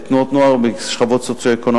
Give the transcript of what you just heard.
בפעילות תנועות הנוער בשכבות סוציו-אקונומיות